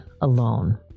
alone